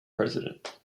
president